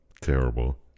terrible